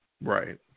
Right